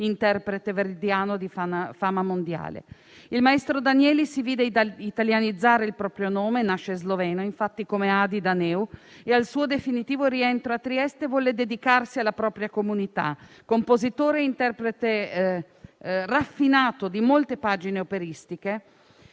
interprete verdiano di fama mondiale. Il maestro Danieli si vide italianizzare il proprio nome - nasce infatti sloveno, come Adi Daneu - e al suo definitivo rientro a Trieste volle dedicarsi alla propria comunità. Compositore e interprete raffinato di molte pagine operistiche,